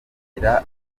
kubyumva